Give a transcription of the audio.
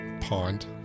Pond